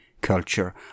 culture